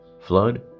flood